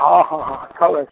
हँ हँ हँ छलै